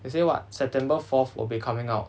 they say what september fourth will be coming out